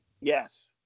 Yes